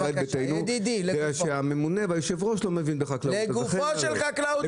--- הממונה לא מבין בחקלאות --- שר החקלאות